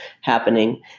happening